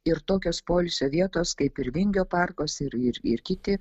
ir tokios poilsio vietos kaip ir vingio parkas ir kiti